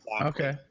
Okay